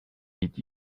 did